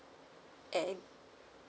and